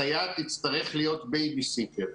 הסייעת תצטרך להיות בייביסיטר.